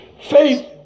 Faith